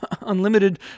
unlimited